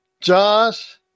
Josh